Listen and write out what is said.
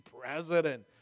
president